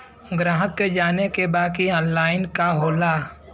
ग्राहक के जाने के बा की ऑनलाइन का होला?